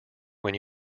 when